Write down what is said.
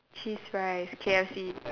cheese fries K_F_C